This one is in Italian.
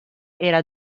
era